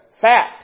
fat